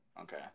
Okay